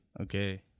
Okay